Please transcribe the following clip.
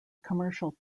commercial